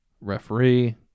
Referee